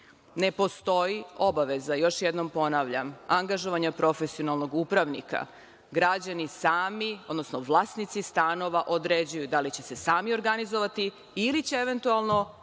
Ne postoji obaveza, još jednom ponavljam, angažovanja profesionalnog upravnika, građani sami, odnosno vlasnici stanova određuju da li će se sami organizovati ili će eventualno